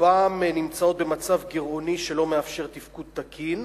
רובן נמצאות במצב גירעוני שלא מאפשר תפקוד תקין,